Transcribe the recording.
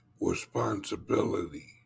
responsibility